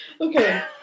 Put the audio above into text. Okay